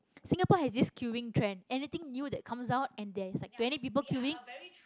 Singapore has this queuing trend anything new that come out and there is like twenty people queuing